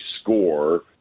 score